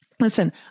Listen